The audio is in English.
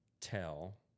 tell